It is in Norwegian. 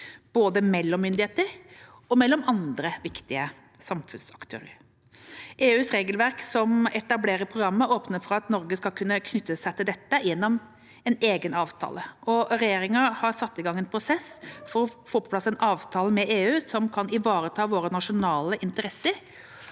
både mellom myndigheter og mellom andre viktige samfunnsaktører. EU-regelverket som etablerer programmet, åpner for at Norge skal kunne knytte seg til det gjennom en egen avtale. Regjeringa har satt i gang en prosess for å få på plass en avtale med EU som kan ivareta våre nasjonale interesser